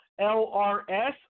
LRS